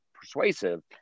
persuasive